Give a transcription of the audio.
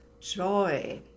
joy